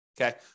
okay